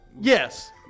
Yes